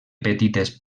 petites